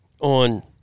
on